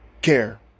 care